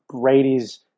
Brady's